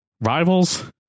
rivals